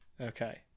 Okay